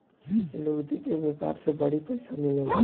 लुगदी के व्यापार से बड़ी पइसा मिलेला